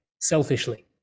selfishly